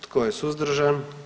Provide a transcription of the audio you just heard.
Tko je suzdržan?